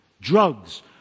drugs